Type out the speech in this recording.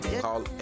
Call